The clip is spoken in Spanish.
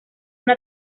una